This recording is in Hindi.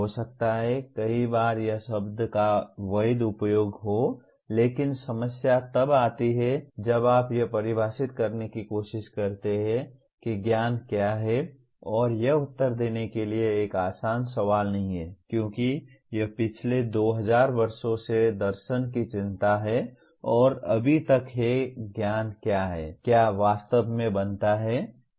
हो सकता है कई बार यह शब्द का वैध उपयोग हो लेकिन समस्या तब आती है जब आप यह परिभाषित करने की कोशिश करते हैं कि ज्ञान क्या है और यह उत्तर देने के लिए एक आसान सवाल नहीं है क्योंकि यह पिछले 2000 वर्षों से दर्शन की चिंता है और अभी तक है ज्ञान क्या है क्या वास्तव में बनता है पर कोई समझौता नहीं